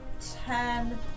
ten